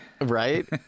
Right